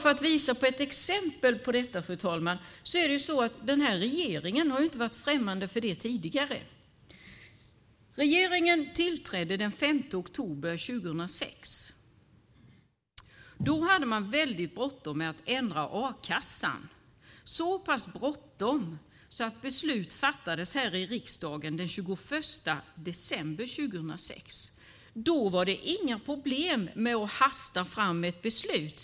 Jag kan visa på ett exempel på detta, fru talman. Den här regeringen har inte varit främmande för det här tidigare. Regeringen tillträdde den 5 oktober 2006. Då hade man väldigt bråttom med att ändra a-kassan, så pass bråttom att beslut fattades här i riksdagen den 21 december 2006. Då var det inga problem med att hasta fram ett beslut.